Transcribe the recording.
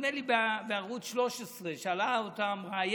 נדמה לי ששאלו אותו בערוץ 13, שאלה אותו המראיינת: